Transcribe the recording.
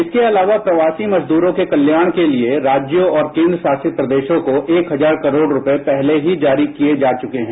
इसके अलावा प्रवासी मजदूरों के कल्याण के लिए राज्यों और केंद्र शासित प्रदेशों को एक हजार करोड़ रूपये पहले ही जारी किये जा चुके हैं